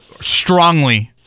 strongly –